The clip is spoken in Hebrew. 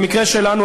במקרה שלנו,